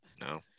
No